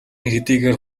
хэдийгээр